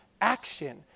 action